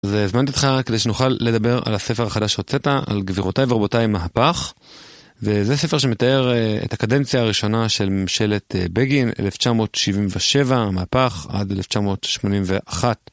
אז הזמנתי אותך כדי שנוכל לדבר על הספר החדש שהוצאת, על גבירותיי ורבותיי מהפך. וזה ספר שמתאר את הקדנציה הראשונה של ממשלת בגין, 1977, מהפך עד 1981.